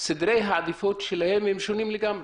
סדרי העדיפות שלהם שונים לגמרי.